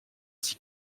six